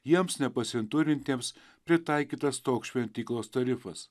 jiems nepasiturintiems pritaikytas toks šventyklos tarifas